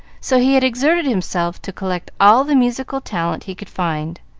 so he had exerted himself to collect all the musical talent he could find,